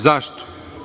Zašto?